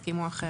יסכימו אחרת.